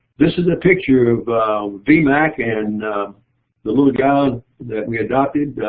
this is a picture of v. mac and the little guy that we adopted.